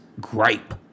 gripe